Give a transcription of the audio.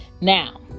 now